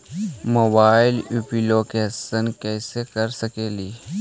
Mobile application कैसे कर सकेली?